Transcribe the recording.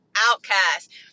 Outcast